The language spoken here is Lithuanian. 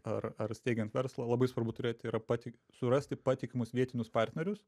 ar ar steigiant verslą labai svarbu turėti yra pati surasti patikimus vietinius partnerius